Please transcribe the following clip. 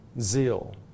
zeal